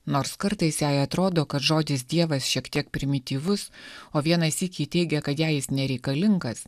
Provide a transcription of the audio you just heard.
nors kartais jai atrodo kad žodis dievas šiek tiek primityvus o vieną sykį teigia kad jai jis nereikalingas